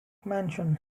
mansion